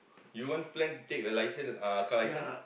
you want plan to take a license uh car license